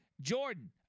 Jordan